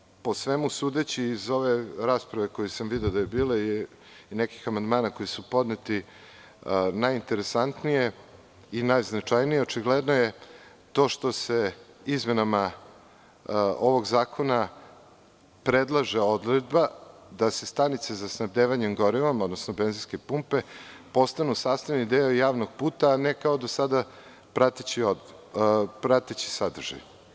Ono što je, po svemu sudeći, iz ove rasprave koju sam video da je bila i nekih amandmana koji su podneti, najinteresantnije i najznačajnije, očigledno je to što se izmenama ovog zakona predlaže odredba da stanice za snabdevanjem gorivom, odnosno benzinske pumpe, postanu sastavni deo javnog puta, a ne kao do sad prateći sadržaj.